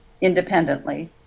independently